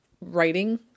writing